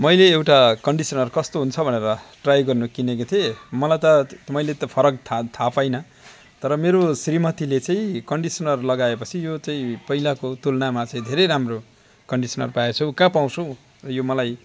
मैले एउटा कन्डिसनर कस्तो हुन्छ भनेर ट्राई गर्नु किनेको थिएँ मलाई त मैले त फरक थाहा थाहा पाइनँ तर मेरो श्रीमतीले चाहिँ कन्डिसनर लगाएपछि यो चाहिँ पहिलाको तुलनामा चाहिँ धेरै राम्रो कन्डिसनर पाएछौँ कहाँ पाउँछ हौ यो मलाई